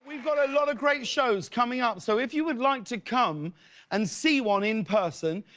we've got a lot of great shows coming up, so if you would like to come and see one in person,